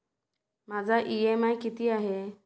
माझा इ.एम.आय किती आहे?